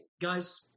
guys